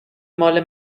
ماله